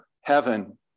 heaven